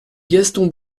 gaston